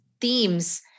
themes